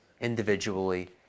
individually